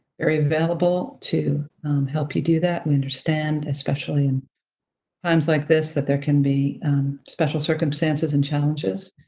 very available to help you do that. we understand, especially in times like this, that there can be special circumstances and challenges,